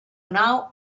now